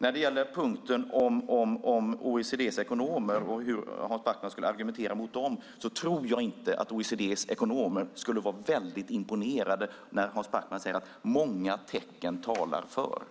När det gäller punkten om OECD:s ekonomer och hur Hans Backman skulle argumentera mot dem tror jag inte att OECD:s ekonomer skulle vara så väldigt imponerade när Hans Backman säger att många tecken talar för